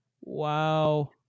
Wow